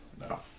no